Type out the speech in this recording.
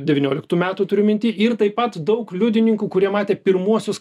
devynioliktų metų turiu minty ir taip pat daug liudininkų kurie matė pirmuosius